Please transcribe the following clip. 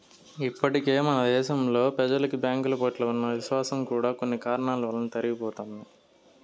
ఇప్పటికే మన దేశంలో ప్రెజలకి బ్యాంకుల పట్ల ఉన్న విశ్వాసం కూడా కొన్ని కారణాల వలన తరిగిపోతున్నది